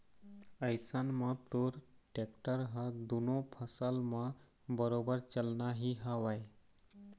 अइसन म तोर टेक्टर ह दुनों फसल म बरोबर चलना ही हवय